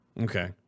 okay